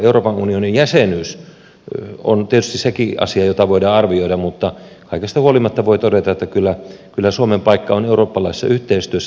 euroopan unionin jäsenyyskin on tietysti asia jota voidaan arvioida mutta kaikesta huolimatta voi todeta että kyllä suomen paikka on eurooppalaisessa yhteistyössä